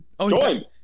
Join